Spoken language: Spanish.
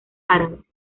árabes